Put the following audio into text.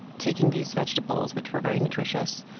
taking these vegetables, which were very nutritious,